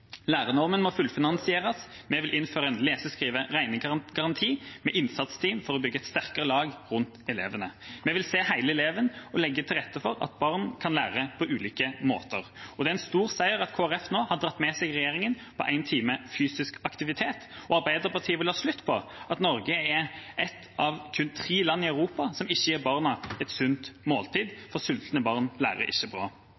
Lærernormen må fullfinansieres. Vi vil innføre en lese-, skrive- og regnegaranti med innsatsteam for å bygge et sterkere lag rundt elevene. Vi vil se hele eleven og legge til rette for at barn kan lære på ulike måter. Det er en stor seier at Kristelig Folkeparti nå har dratt med seg regjeringen på én time fysisk aktivitet, og Arbeiderpartiet vil ha slutt på at Norge er ett av kun tre land i Europa som ikke gir barna et sunt